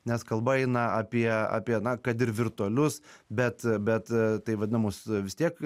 nes kalba eina apie apie na kad ir virtualius bet bet taip vadinamus vis tiek